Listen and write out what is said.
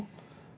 no